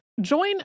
Join